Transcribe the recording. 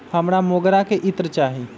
हमरा मोगरा के इत्र चाही